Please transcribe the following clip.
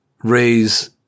raise